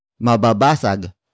Mababasag